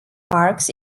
parks